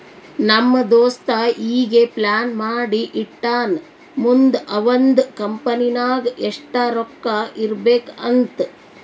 ನಮ್ ದೋಸ್ತ ಈಗೆ ಪ್ಲಾನ್ ಮಾಡಿ ಇಟ್ಟಾನ್ ಮುಂದ್ ಅವಂದ್ ಕಂಪನಿ ನಾಗ್ ಎಷ್ಟ ರೊಕ್ಕಾ ಇರ್ಬೇಕ್ ಅಂತ್